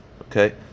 okay